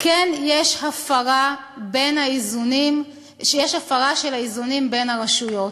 כן יש הפרה של האיזונים בין הרשויות.